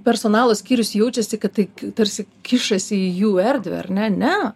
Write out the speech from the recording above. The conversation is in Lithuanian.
personalo skyrius jaučiasi kad tai tarsi kišasi į jų erdvę ar ne ne